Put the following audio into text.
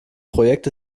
projekt